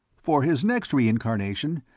for his next reincarnation,